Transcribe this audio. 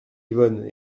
yvonne